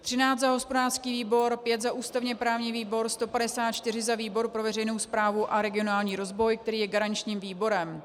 13 za hospodářský výbor, 5 za ústavněprávní výbor, 154 za výbor pro veřejnou správu a regionální rozvoj, který je garančním výborem.